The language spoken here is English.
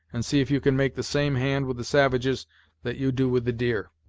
and see if you can make the same hand with the savages that you do with the deer.